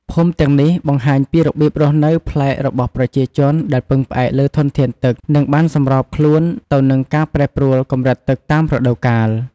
ភូមិទាំងនេះបង្ហាញពីរបៀបរស់នៅប្លែករបស់ប្រជាជនដែលពឹងផ្អែកលើធនធានទឹក និងបានសម្របខ្លួនទៅនឹងការប្រែប្រួលកម្រិតទឹកតាមរដូវកាល។